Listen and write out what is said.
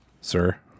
Sir